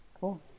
Cool